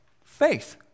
faith